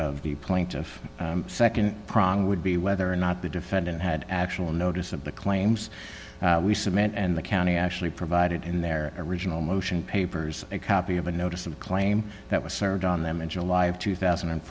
of the plaintiff nd prong would be whether or not the defendant had actual notice of the claims we submit and the county actually provided in their original motion papers a copy of a notice of claim that was served on them in july of two thousand and